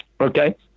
Okay